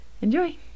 enjoy